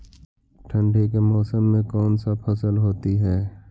ठंडी के मौसम में कौन सा फसल होती है?